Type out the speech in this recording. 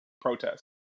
protest